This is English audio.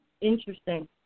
Interesting